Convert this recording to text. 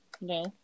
no